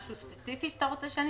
אחרי הרבה שנים בוועדת הכספים ובכנסת,